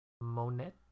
Monet